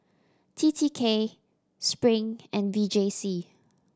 T T K Spring and V J C